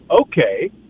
okay